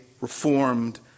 reformed